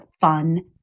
fun